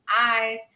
eyes